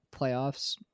playoffs